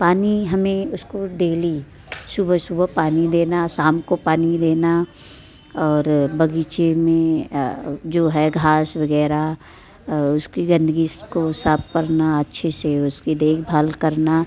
पानी हमें उसको डेली सुबह सुबह पानी देना शाम को पानी देना और बगीचे में जो है घास वगैरह उसकी गंदगी को साफ करना अच्छे से उसकी देखभाल करना